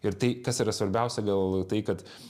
ir tai kas yra svarbiausia dėl tai kad